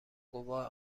گواه